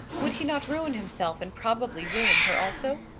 would he not ruin himself, and probably ruin her also?